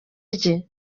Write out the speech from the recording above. rye